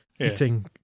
eating